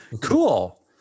cool